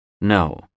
No